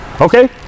Okay